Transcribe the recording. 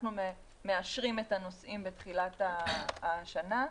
אנחנו מאשרים את הנושאים בתחילת השנה.